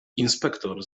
inspektor